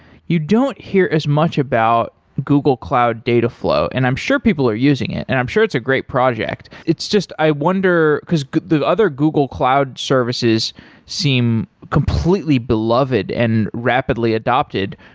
you don't hear as much about google cloud dataflow, and i'm sure people are using it and i'm sure it's a great project it's just i wonder, because the other google cloud services seem completely beloved and rapidly adopted,